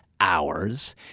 hours